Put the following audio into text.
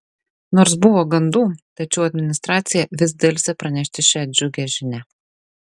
nors buvo gandų tačiau administracija vis delsė pranešti šią džiugią žinią